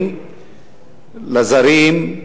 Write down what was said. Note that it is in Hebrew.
לזרים,